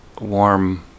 warm